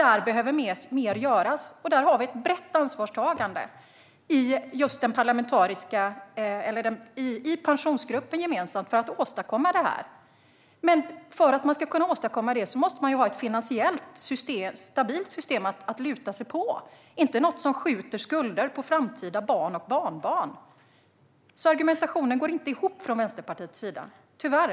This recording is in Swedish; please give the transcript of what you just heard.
Där behöver mer göras, och där har vi ett brett ansvarstagande gemensamt i Pensionsgruppen just för att åstadkomma detta. Men för att man ska kunna åstadkomma det måste man ha ett finansiellt stabilt system att luta sig mot och inte något som skjuter skulder på framtida barn och barnbarn. Argumentationen går inte ihop från Vänsterpartiets sida - tyvärr.